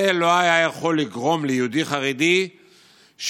זה לא היה יכול לגרום ליהודי חרדי שיסטה,